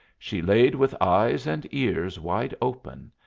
she laid with eyes and ears wide open.